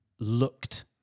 looked